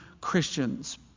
Christians